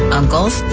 uncles